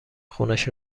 خونش